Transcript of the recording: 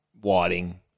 whiting